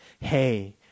hey